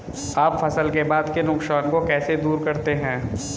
आप फसल के बाद के नुकसान को कैसे दूर करते हैं?